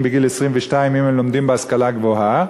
בגיל 22 אם הם לומדים בהשכלה גבוהה,